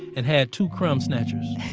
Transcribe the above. and had two crumb snatchers.